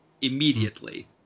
immediately